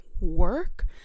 work